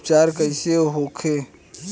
उपचार कईसे होखे?